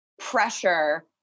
pressure